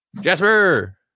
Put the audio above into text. jasper